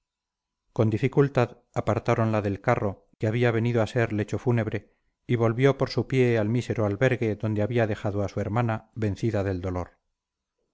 con dificultad apartáronla del carro que había venido a ser lecho fúnebre y volvió por su pie al mísero albergue donde había dejado a su hermana vencida del dolor